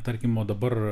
tarkim o dabar